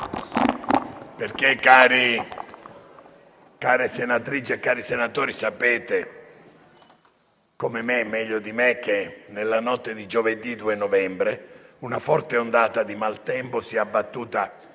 Care senatrici e cari senatori, sapete - come me e meglio di me - che nella notte di giovedì 2 novembre una forte ondata di maltempo si è abbattuta